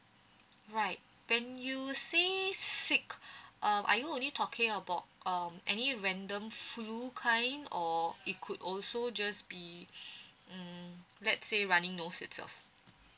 right when you say sick uh are you only talking about um any random flu kind or it could also just be mm let's say running nose itself